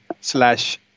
slash